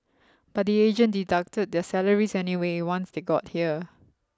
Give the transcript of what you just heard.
but the agent deducted their salaries anyway once they got here